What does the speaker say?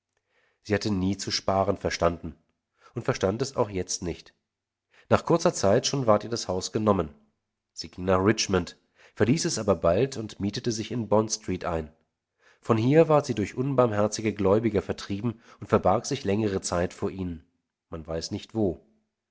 sie hatte nie zu sparen verstanden und verstand es auch jetzt nicht nach kurzer zeit schon ward ihr das haus genommen sie ging nach richmond verließ es aber bald und mietete sich in bond street ein von hier ward sie durch unbarmherzige gläubiger vertrieben und verbarg sich längere zeit vor ihnen man weiß nicht wo